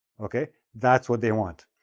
okay? that's what they want.